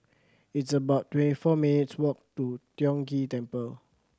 it's about twenty four minutes' walk to Tiong Ghee Temple